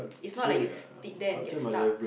it's not like you sit there and get stuck